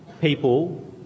people